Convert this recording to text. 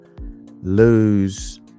lose